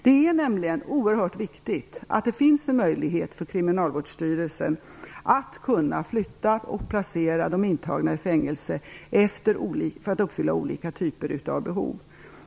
Det är nämligen oerhört viktigt att det finns en möjlighet för Kriminalvårdsstyrelsen att kunna flytta de som är intagna i fängelse och placera dem för att uppfylla olika typer av behov.